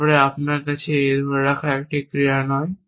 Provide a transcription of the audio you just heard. তারপরে আপনার কাছে A ধরে রাখা একটি ক্রিয়া নয়